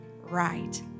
right